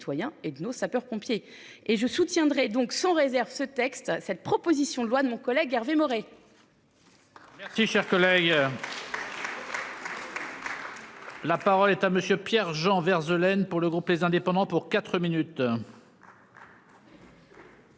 et de nos sapeurs-pompiers et je soutiendrai donc sans réserve ce texte cette proposition de loi de mon collègue Hervé Maurey. Si cher collègue. La parole est à monsieur Pierre Jean Vergnes, Eulen pour le groupe les indépendants pour 4 minutes.